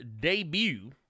debut